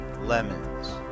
lemons